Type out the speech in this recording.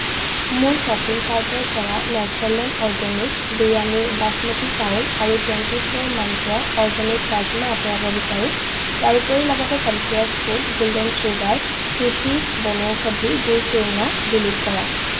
মই মোৰ শ্বপিং কাৰ্টৰ পৰা নেচাৰলেণ্ড অৰগেনিক্ছ বিৰয়ানীৰ বসমতী চাউল আৰু twenty four Mantra organic rajma আঁতৰাব বিচাৰোঁ তাৰোপৰি লগতে কনচিয়াছ ফুড গ'ল্ডেন চুগাৰ শ্ৰুতিছ বনৌষধি গুড় চূৰ্ণ ডিলিট কৰা